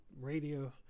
radio